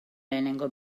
lehenengo